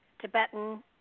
Tibetan